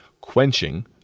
quenching